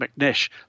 McNish